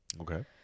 Okay